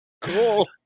cool